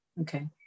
Okay